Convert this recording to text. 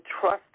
trust